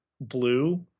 blue